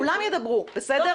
כולם ידברו, בסדר?